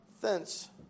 thence